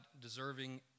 deserving